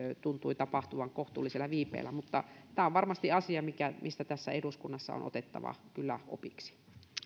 tuntuivat tulevan kohtuullisella viipeellä tämä on varmasti asia mistä eduskunnassa on kyllä otettava opiksi